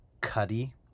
cuddy